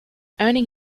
earning